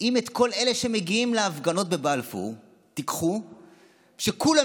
אם את כל אלה שמגיעים להפגנות בבלפור תיקחו שכולם